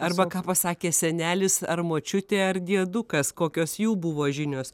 arba ką pasakė senelis ar močiutė ar diedukas kokios jų buvo žinios